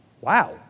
Wow